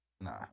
nah